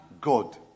God